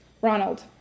Ronald